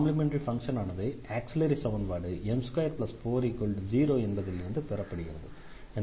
complementary function ஆனது auxiliary சமன்பாடு m240 என்பதிலிருந்து பெறப்படுகிறது